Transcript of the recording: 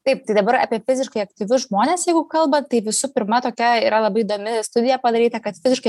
taip tai dabar apie fiziškai aktyvius žmones jeigu kalbant tai visu pirma tokia yra labai įdomi studija padaryta kad fiziškai